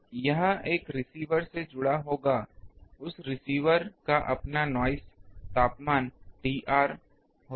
यह एक रिसीवर से जुड़ा होगा उस रिसीवर का अपना नॉइस तापमान Tr होता है